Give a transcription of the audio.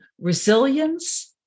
resilience